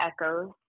echoes